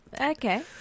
Okay